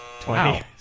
Twenty